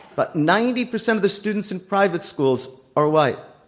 but ninety percent of the students in private schools are white.